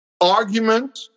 argument